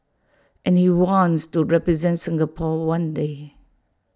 and he wants to represent Singapore one day